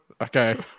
Okay